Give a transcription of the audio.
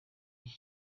iki